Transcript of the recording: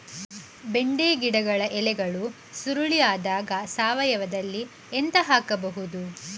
ಬೆಂಡೆ ಗಿಡದ ಎಲೆಗಳು ಸುರುಳಿ ಆದಾಗ ಸಾವಯವದಲ್ಲಿ ಎಂತ ಹಾಕಬಹುದು?